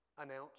announce